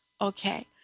Okay